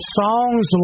songs